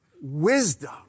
wisdom